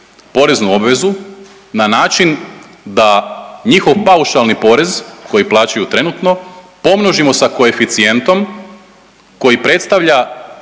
poreznu obvezu na način da njihov paušalni porez koji plaćaju trenutno pomnožimo sa koeficijentom koji predstavlja